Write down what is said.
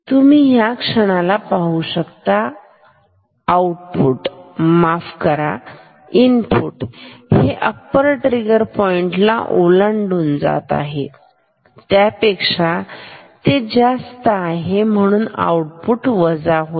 तुम्ही ह्या क्षणाला पाहू शकता आउटपुट माफ करा इनपुट हे अप्पर ट्रिगर पॉइंटला ओलांडून जात आहे त्यापेक्षा ते जास्त आहे म्हणून आउटपुट वजा होईल